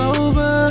over